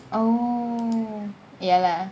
oh ya lah